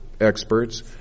experts